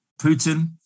Putin